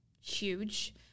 huge